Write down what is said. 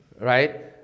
right